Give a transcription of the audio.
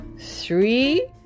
three